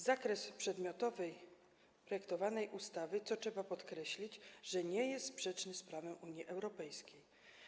Zakres przedmiotowy projektowanej ustawy, co trzeba podkreślić, nie jest sprzeczny z prawem Unii Europejskiej.